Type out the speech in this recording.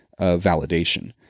validation